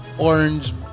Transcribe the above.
orange